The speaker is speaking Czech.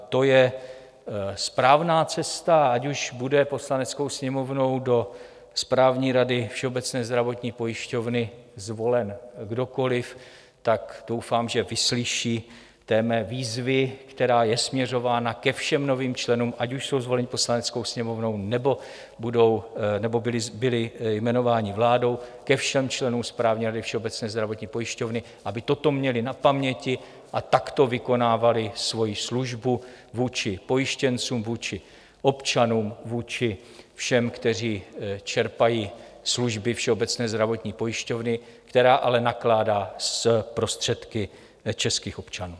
To je správná cesta, ať už bude Poslaneckou sněmovnou do Správní rady Všeobecné zdravotní pojišťovny zvolen kdokoliv, tak doufám, že vyslyší té mé výzvy, která je směřována ke všem novým členům, ať už jsou zvoleni Poslaneckou sněmovnou, nebo byli jmenováni vládou, ke všem členům Všeobecné zdravotní pojišťovny, aby toto měli na paměti a takto vykonávali svoji službu vůči pojištěncům, vůči občanům, vůči všem, kteří čerpají služby Všeobecné zdravotní pojišťovny, která ale nakládá s prostředky českých občanů.